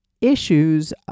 issues